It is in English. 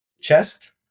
chest